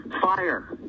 Fire